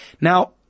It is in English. now